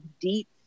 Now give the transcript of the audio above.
deep